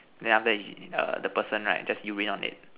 then after that the person right just urine on it